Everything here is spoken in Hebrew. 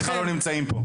הם בכלל לא נמצאים פה.